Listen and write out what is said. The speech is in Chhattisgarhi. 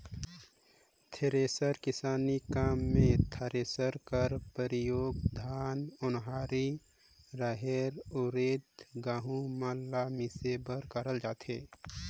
थेरेसर किसानी काम मे थरेसर कर परियोग धान, ओन्हारी, रहेर, उरिद, गहूँ मन ल मिसे बर करल जाथे